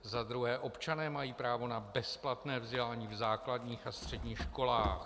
Za druhé: Občané mají právo na bezplatné vzdělání v základních a středních školách.